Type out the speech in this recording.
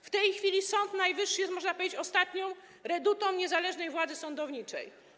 W tej chwili Sąd Najwyższy jest, można powiedzieć, ostatnią redutą niezależnej władzy sądowniczej.